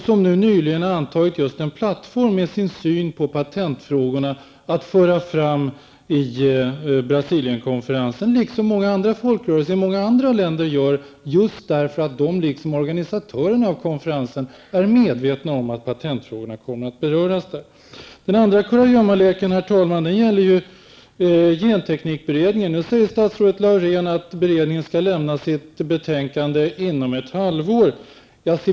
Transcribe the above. De har nyligen antagit en plattform med sin syn på patentfrågorna, att föra fram vid Brasilienkonferensen. På samma sätt gör många andra folkrörelser i många andra länder just för att de, liksom organisatörerna av konferensen, är medvetna om att patentfrågorna kommer att beröras där. Den andra kurragömmaleken är genteknikberedningen. Statsrådet Laurén säger att beredningen skall lämna sitt betänkande inom ett halvår.